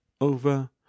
over